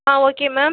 ah okay ma'am